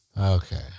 Okay